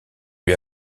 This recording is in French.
lui